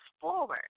forward